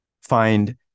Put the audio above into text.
Find